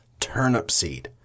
Turnipseed